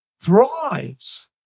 thrives